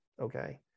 okay